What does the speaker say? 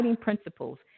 principles